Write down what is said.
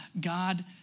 God